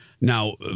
now